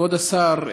כבוד השר,